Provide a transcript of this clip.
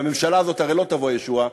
מהממשלה הזאת הרי לא תבוא הישועה,